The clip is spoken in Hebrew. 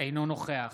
אינו נוכח